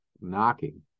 knocking